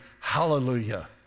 Hallelujah